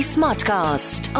Smartcast